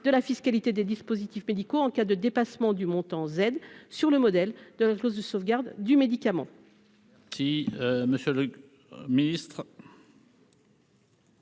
de la fiscalité des dispositifs médicaux en cas de dépassement du montant Z, sur le modèle de la clause de sauvegarde du médicament.